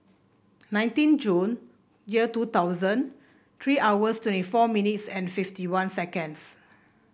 nineteen Jun year two thousand three hours twenty four minutes and fifty one seconds